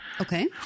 Okay